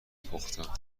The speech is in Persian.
پختم